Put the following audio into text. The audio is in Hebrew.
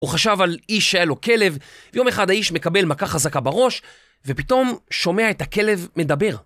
הוא חשב על איש שהיה לו כלב, ויום אחד האיש מקבל מכה חזקה בראש, ופתאום שומע את הכלב מדבר.